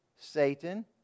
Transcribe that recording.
Satan